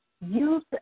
youth